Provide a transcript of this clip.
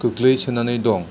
गोग्लैसोनानै दं